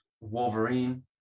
Wolverine